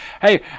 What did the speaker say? hey